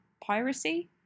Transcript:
piracy